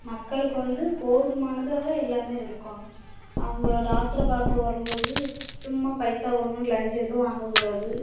மக்களுக்கு வந்து போதுமானதாக எல்லாமே இருக்கணும் அவங்க டாக்ட்ரு பாக்க வரும்போது சும்மா பைசா கொடுங்கன்னு லஞ்சம் எதுவும் வாங்க கூடாது